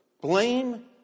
Blame